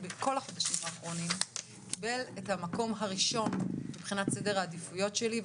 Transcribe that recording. בכל החודשים האחרונים וקיבל את המקום הראשון בספר העדיפויות שלי.